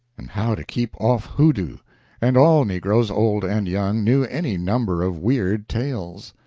and how to keep off hoodoo and all negroes, old and young, knew any number of weird tales.